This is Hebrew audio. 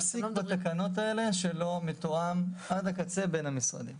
אין פסיק בתקנות האלה שלא מתואם עד הקצה בין המשרדים.